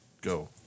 go